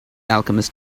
alchemist